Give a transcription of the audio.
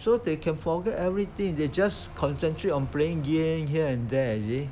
so they can forget everything they just concentrate on playing game here and there you see